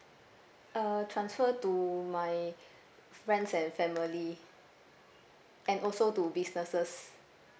uh transfer to my friends and family and also to businesses